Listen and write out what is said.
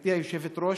גברתי היושבת-ראש,